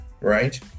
right